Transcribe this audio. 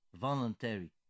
voluntary